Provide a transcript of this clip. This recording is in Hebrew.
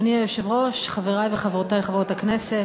אדוני היושב-ראש, חברי וחברותי חברות הכנסת,